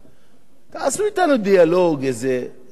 תעשו אתנו דיאלוג איזה שישה חודשים,